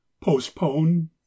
Postpone